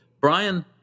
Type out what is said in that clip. Brian